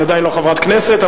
היא עדיין לא חברת כנסת,